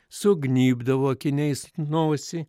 sugnybdavo akiniais nosį